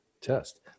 test